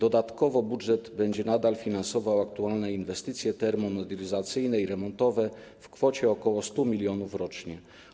Dodatkowo budżet będzie nadal finansował aktualne inwestycje termomodernizacyjne i remontowe w kwocie ok. 100 mln rocznie.